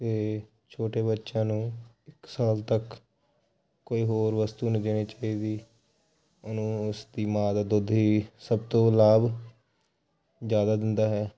ਅਤੇ ਛੋਟੇ ਬੱਚਿਆਂ ਨੂੰ ਇੱਕ ਸਾਲ ਤੱਕ ਕੋਈ ਹੋਰ ਵਸਤੂ ਨਹੀਂ ਦੇਣੀ ਚਾਹੀਦੀ ਉਹਨੂੰ ਉਸ ਦੀ ਮਾਂ ਦਾ ਦੁੱਧ ਹੀ ਸਭ ਤੋਂ ਲਾਭ ਜ਼ਿਆਦਾ ਦਿੰਦਾ ਹੈ